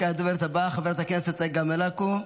הדוברת הבאה, חברת הכנסת צגה מלקו,